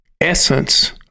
essence